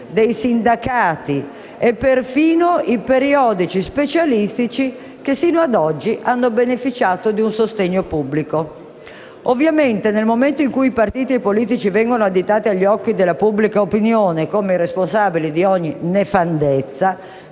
dei sindacati e, persino, i periodici specialistici che, sino ad oggi, hanno beneficiato del sostegno pubblico. Ovviamente, nel momento in cui i partiti e i politici vengono additati agli occhi della pubblica opinione come responsabili di ogni nefandezza,